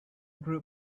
group